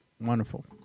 Wonderful